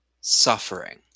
suffering